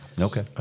Okay